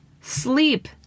sleep